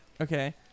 Okay